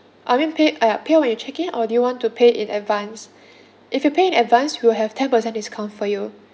I mean pay uh pay when you check in or do you want to pay in advance if you pay in advance we will have ten percent discount for you